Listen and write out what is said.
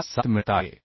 57 मिळत आहे